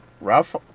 Ralph